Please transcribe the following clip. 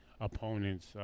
opponents